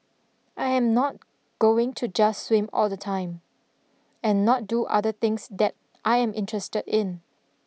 I am not going to just swim all the time and not do other things that I am interested in